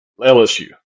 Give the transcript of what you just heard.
LSU